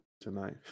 tonight